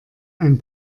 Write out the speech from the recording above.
ein